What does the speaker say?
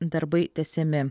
darbai tęsiami